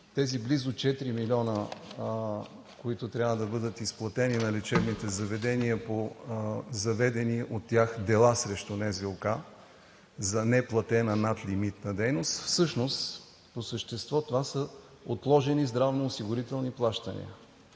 тези близо четири милиона, които трябва да бъдат изплатени на лечебните заведения по заведени от тях дела срещу НЗОК за неплатена надлимитна дейност, всъщност по същество това са отложени здравноосигурителни плащания.